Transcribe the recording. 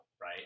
right